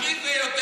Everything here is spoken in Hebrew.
לא אומרים.